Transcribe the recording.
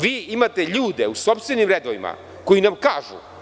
Vi imate ljude u sopstvenim redovima koji vam kažu…